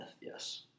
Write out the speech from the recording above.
yes